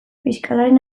fiskalaren